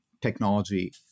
technology